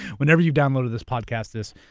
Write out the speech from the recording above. whenever you downloaded this podcast, this